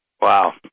Wow